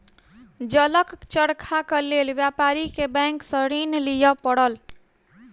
जलक चरखाक लेल व्यापारी के बैंक सॅ ऋण लिअ पड़ल